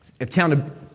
accountability